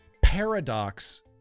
paradox